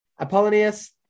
Apollonius